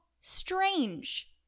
strange